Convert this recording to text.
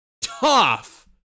tough